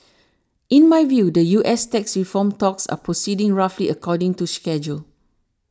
in my view the U S tax reform talks are proceeding roughly according to schedule